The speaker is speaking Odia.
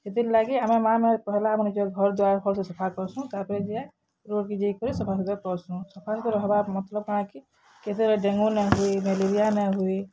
ସେଥିର୍ ଲାଗି ଆମେ ମା'ମାନେ ପହେଲା ଆମେ ନିଜର୍ ଘର ଦୁଆର୍ ଭଲ୍ସେ ସଫା କର୍ସୁଁ ତା'ପରେ ଯାଇ ରୋଡ଼୍କେ ଯାଇକରି ସଫା ସୁତର୍ କର୍ସୁଁ ସଫା ସୁତର୍ ରହେବାର୍ ମତ୍ଲବ୍ କାଣା କି କେତେବେଳେ ଡେଙ୍ଗୁ ନାଇଁ ହୁଏ ମେଲେରିଆ ନାଇଁ ହୁଏ